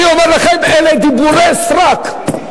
אני אומר לכם, אלה דיבורי סרק.